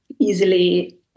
easily